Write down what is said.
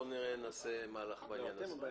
בואו נעשה מהלך בעניין הזה.